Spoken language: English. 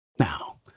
Now